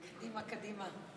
קדימה, קדימה.